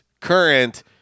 current